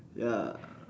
ya